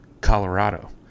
colorado